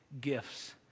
gifts